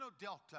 Delta